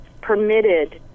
permitted